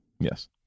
Yes